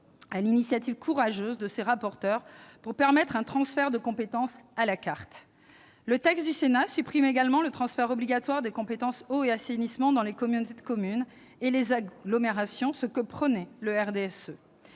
l'initiative courageuse de ses rapporteurs, pour permettre un transfert de compétences à la carte. Le texte du Sénat supprime également le transfert obligatoire des compétences eau et assainissement dans les communautés de communes et les agglomérations, ce que prônait le RDSE.